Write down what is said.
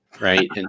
right